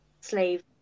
slave